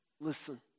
Listen